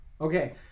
Okay